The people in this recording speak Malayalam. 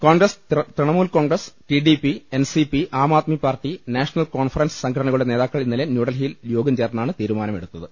Congress Trinamool Congress T D P N C P Aam Aadmi party National Conference സംഘടനകളുടെ നേതാക്കൾ ഇന്നലെ ന്യൂഡൽഹിയിൽ യോഗം ചേർന്നാണ് തീരുമാനമെടുത്തത്